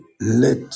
Let